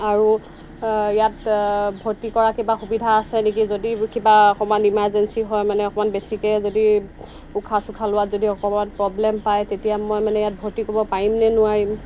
আৰু ইয়াত ভৰ্তি কৰা কিবা সুবিধা আছে নেকি যদি কিবা অকণমান ইমাৰ্জেঞ্চি হয় মানে অকণমান বেছিকৈ যদি উশাহ চুশাহ লোৱাত যদি অকণমান প্ৰব্লেম পায় তেতিয়া মই মানে ইয়াত ভৰ্তি কৰিব পাৰিমনে নোৱাৰিম